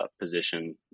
position